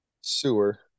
sewer